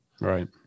Right